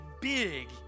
big